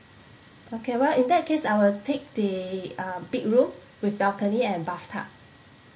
okay well in that case I will take the uh big room with balcony and bathtub